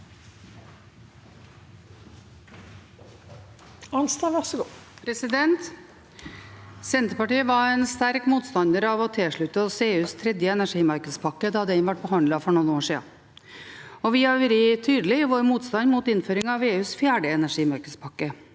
Senterpartiet var en sterk motstander av å tilslutte oss EUs tredje energimarkedspakke da den ble behandlet for noen år siden, og vi har vært tydelige i vår motstand mot innføring av EUs fjerde energimarkedspakke.